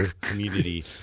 community